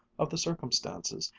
of the circumstances,